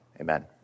Amen